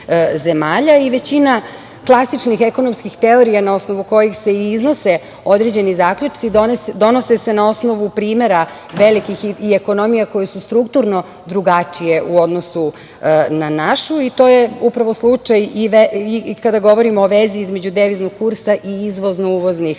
i većina klasičnih ekonomskih teorija na osnovu kojih se i iznose određeni zaključci donose se na osnovu primera velikih i ekonomija koja su strukturno drugačije u odnosu na našu i to je upravo slučaj i kada govorimo o vezi između deviznog kursa i izvozno uvoznih